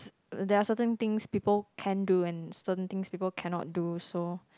there are certain things people can do and certain things people cannot do so